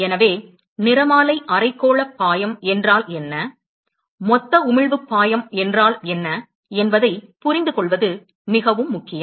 எனவே நிறமாலை அரைக்கோள பாயம் ஃப்ளக்ஸ் என்றால் என்ன மொத்த உமிழ்வு பாயம் ஃப்ளக்ஸ் என்றால் என்ன என்பதைப் புரிந்துகொள்வது மிகவும் முக்கியம்